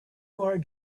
our